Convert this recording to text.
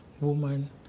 Woman